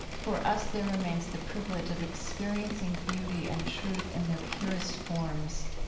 for us there remains the privilege of experiencing beauty and truth in their purest forms.